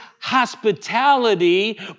hospitality